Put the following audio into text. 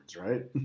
right